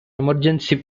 emergency